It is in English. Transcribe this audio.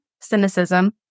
cynicism